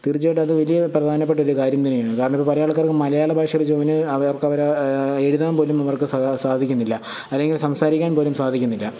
തീർച്ചയായിട്ടും അത് വലിയ പ്രധാനപ്പെട്ട ഒരു കാര്യം തന്നെയാണ് കാരണം ഇപ്പോൾ കുറെ ആൾക്കാർക്ക് മലയാള ഭാഷയെ കുറിച്ച് അവർക്ക് അവരെ എഴുതാൻ പോലും അവർക്ക് സാധിക്കുന്നില്ല അല്ലെങ്കിൽ സംസാരിക്കാൻ പോലും സാധിക്കുന്നില്ല